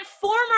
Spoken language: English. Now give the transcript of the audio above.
former